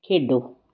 ਖੇਡੋ